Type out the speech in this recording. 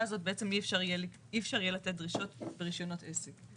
הזאת בעצם אי אפשר יהיה לתת דרישות ברישיונות עסק.